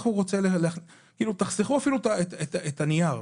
אפילו תחסכו את הנייר.